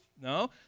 No